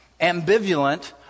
ambivalent